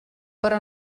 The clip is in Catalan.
però